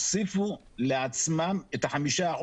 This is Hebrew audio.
הוסיפו לעצמם את ה-5%,